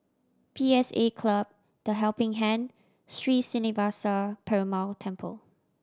P S A Club The Helping Hand Sri Srinivasa Perumal Temple